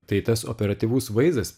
tai tas operatyvus vaizdas